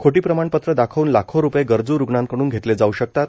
खोटी प्रमाणपत्रं दाखवून लाखो रुपये गरज् रुग्णांकडून घेतले जाऊ शकतात